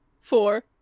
four